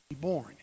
born